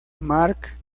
marc